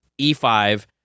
E5